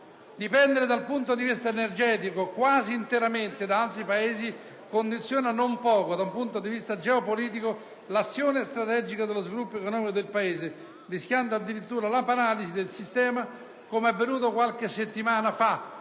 Dipendere dal punto di vista energetico quasi interamente da altri Paesi condiziona non poco, da un punto di vista geopolitico, l'azione strategica dello sviluppo economico del Paese, rischiando addirittura la paralisi del sistema, come avvenuto qualche settimana fa